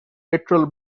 petrol